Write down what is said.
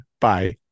Bye